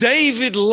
David